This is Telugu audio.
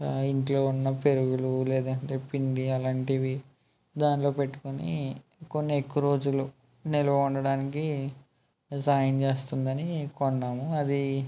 ఇంట్లో ఉన్న పెరుగులు లేదంటే పిండి అలాంటివి దానిలో పెట్టుకుని కొన్ని ఎక్కువ రోజులు నిల్వ ఉండడానికి సాయం చేస్తుందని కొన్నాము అది